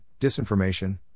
disinformation